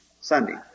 Sunday